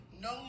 No